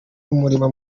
umurimo